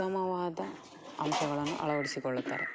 ಉತ್ತಮವಾದ ಅಂಶಗಳನ್ನು ಅಳವಡಿಸಿಕೊಳ್ಳುತ್ತಾರೆ